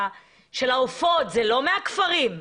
זה לא מהכפרים,